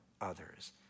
others